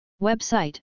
Website